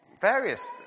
Various